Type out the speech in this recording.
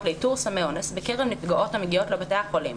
לאיתור סמי אונס בקרב נפגעות המגיעות לבתי החולים.